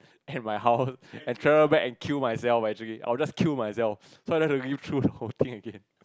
and my house and travel back and kill myself actually I will just kill myself so I don't have to live through the whole thing again